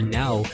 now